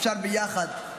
אפשר ביחד.